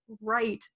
right